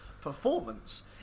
performance